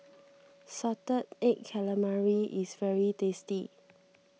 Salted Egg Calamari is very tasty